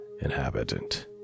inhabitant